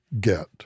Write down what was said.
get